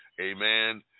Amen